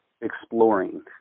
exploring